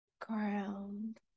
Ground